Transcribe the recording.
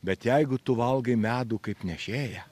bet jeigu tu valgai medų kaip nešėją